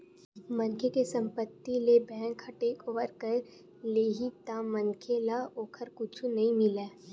मनखे के संपत्ति ल बेंक ह टेकओवर कर लेही त मनखे ल ओखर कुछु नइ मिलय